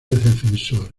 defensor